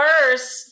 first